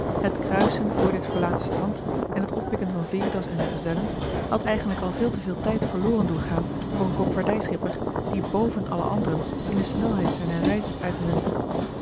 het kruisen voor dit verlaten strand en het oppikken van veritas en zijn gezellen had eigenlijk al veel te veel tijd verloren doen gaan voor een koopvaardijschipper die boven alle anderen in de snelheid zijner reizen uitmuntte